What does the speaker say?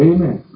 Amen